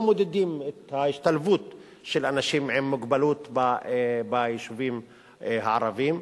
לא מודדים את ההשתלבות של אנשים עם מוגבלות ביישובים הערביים,